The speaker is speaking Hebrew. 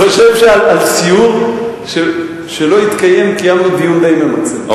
אני חושב שעל סיור שלא התקיים קיימנו דיון די ממצה.